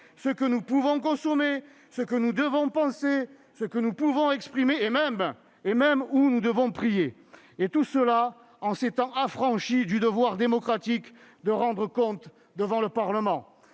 ce que nous pouvons consommer, ce que nous devons penser, ce que nous pouvons exprimer et même où nous devons prier. Et tout cela, en s'étant affranchi du devoir démocratique de rendre compte devant le Parlement